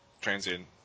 Transient